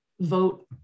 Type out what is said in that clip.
vote